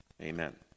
amen